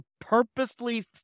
purposely